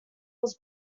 was